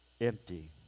empty